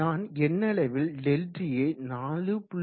நான் எண்ணளவில் ∆tயை 4